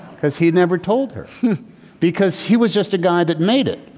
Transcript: because he never told her because he was just a guy that made it.